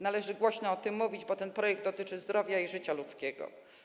Należy głośno o tym mówić, bo ten projekt dotyczy zdrowia i życia ludzkiego.